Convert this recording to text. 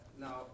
Now